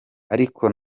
ariko